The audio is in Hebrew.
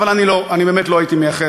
אבל אני באמת לא הייתי מייחס,